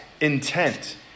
intent